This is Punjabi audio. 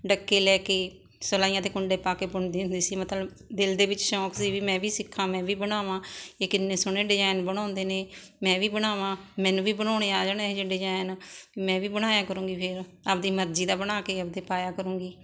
ਡੱਕੇ ਲੈ ਕੇ ਸਿਲਾਈਆਂ 'ਤੇ ਕੁੰਡੇ ਪਾ ਕੇ ਬੁਣਦੀ ਹੁੰਦੀ ਸੀ ਮਤਲਬ ਦਿਲ ਦੇ ਵਿੱਚ ਸ਼ੌਕ ਸੀ ਵੀ ਮੈਂ ਵੀ ਸਿੱਖਾਂ ਮੈਂ ਵੀ ਬਣਾਵਾਂ ਇਹ ਕਿੰਨੇ ਸੋਹਣੇ ਡਿਜ਼ਾਇਨ ਬਣਾਉਂਦੇ ਨੇ ਮੈਂ ਵੀ ਬਣਾਵਾਂ ਮੈਨੂੰ ਵੀ ਬਣਾਉਣੇ ਆ ਜਾਣ ਇਹੋ ਜਿਹੇ ਡਿਜਾਇਨ ਮੈਂ ਵੀ ਬਣਾਇਆ ਕਰੂੰਗੀ ਫੇਰ ਆਪਦੀ ਮਰਜ਼ੀ ਦਾ ਬਣਾ ਕੇ ਆਪਦੇ ਪਾਇਆ ਕਰੂੰਗੀ